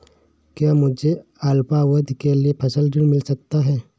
क्या मुझे अल्पावधि के लिए फसल ऋण मिल सकता है?